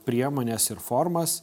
priemones ir formas